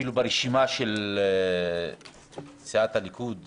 אפילו ברשימה של סיעת הליכוד,